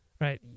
right